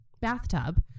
bathtub